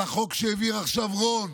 על החוק שהעביר עכשיו רון